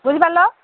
ବୁଝିପାରିଲ